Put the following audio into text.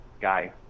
guy